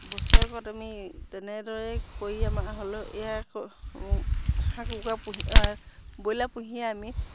বছৰেকত আমি তেনেদৰেই কৰি আমাৰ হ'লেও এয়াই হাঁহ কুকুৰা পুহি ব্ৰইলাৰ পুহিয়ে আমি